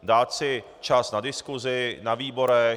Dát si čas na diskusi na výborech.